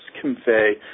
convey